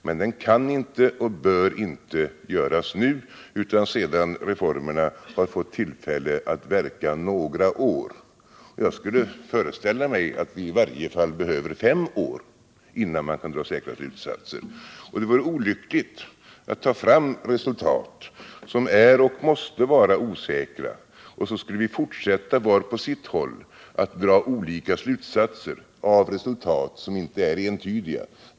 Men den kan inte och bör inte göras nu utan sedan reformerna fått tillfälle att verka några år. Jag kan föreställa mig att vi behöver i varje fall fem år innan vi kan dra säkra slutsatser. Och det vore olyckligt att ta fram resultat som är och måste vara osäkra och sedan fortsätta att var och en på sitt håll dra olika slutsatser av resultat som inte är entydiga.